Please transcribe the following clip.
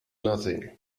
nothing